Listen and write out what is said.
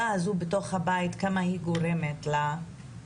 הזאת בתוך הבית וכמה היא תורמת להכנסה.